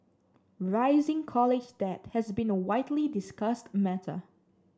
rising college debt has been a widely discussed matter